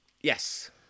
yes